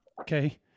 Okay